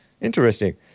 Interesting